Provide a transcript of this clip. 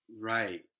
Right